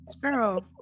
girl